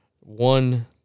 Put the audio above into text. one